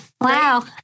wow